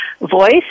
voice